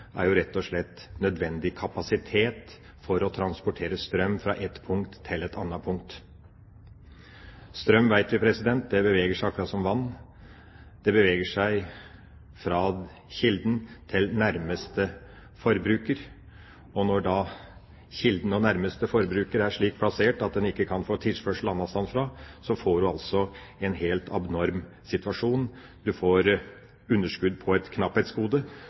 er jo rett og slett nødvendig kapasitet for å transportere strøm fra ett punkt til et annet punkt. Strøm vet vi beveger seg akkurat som vann – det beveger seg fra kilden til nærmeste forbruker. Når da kilden og nærmeste forbruker er slik plassert at en ikke kan få tilførsel annenstedsfra, får du altså en helt abnorm situasjon. Du får underskudd på et knapphetsgode